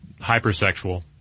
hypersexual